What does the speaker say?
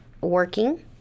working